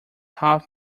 half